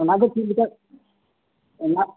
ᱚᱱᱟᱜᱮ ᱪᱮᱫ ᱞᱮᱠᱟ ᱚᱱᱟ